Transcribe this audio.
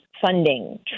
funding